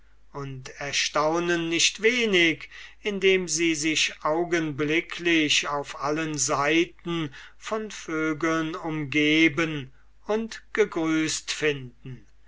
und erstaunen nicht wenig indem sie sich augenblicklich auf allen seiten von vögeln umgeben und gegrüßt finden